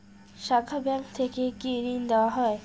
শাখা ব্যাংক থেকে কি ঋণ দেওয়া হয়?